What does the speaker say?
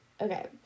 Okay